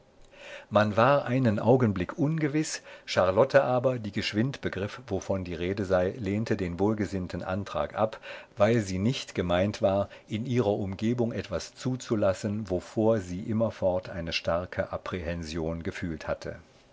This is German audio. man war einen augenblick ungewiß charlotte aber die geschwind begriff wovon die rede sei lehnte den wohlgesinnten antrag ab weil sie nicht gemeint war in ihrer umgebung etwas zuzulassen wovor sie immerfort eine starke apprehension gefühlt hatte